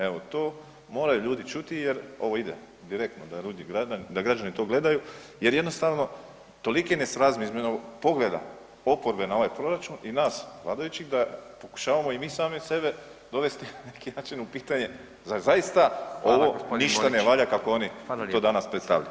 Evo, to moraju ljudi čuti jer ovo ide direktno da ljudi, da građani to gledaju jer jednostavno toliki nesrazmjer između ovog pogleda oporbe na ovaj proračun i nas vladajućih da pokušavamo i mi sami sebe dovesti na neki način u pitanje zar zaista ovo ništa ne valja [[Upadica: Fala g. Borić]] kako oni to danas predstavljaju.